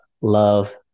love